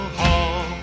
hall